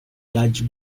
large